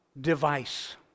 device